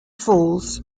falls